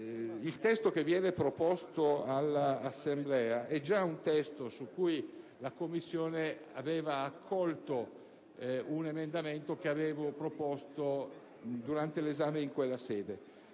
Il testo presentato all'Assemblea è già un testo su cui la Commissione aveva accolto l'emendamento da me proposto durante l'esame in quella sede.